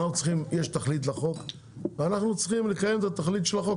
יש תכלית לחוק ואנחנו צריכים לקיים את התכלית של החוק,